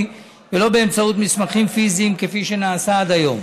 ולא באמצעות מסמכים פיזיים כפי שנעשה עד היום.